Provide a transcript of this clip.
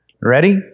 Ready